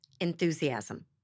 Enthusiasm